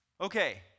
Okay